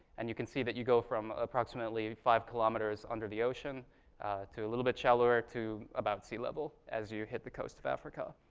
and you can see that you go from approximately five kilometers under the ocean to a little bit shallower, to about sea level as you hit the coast of africa.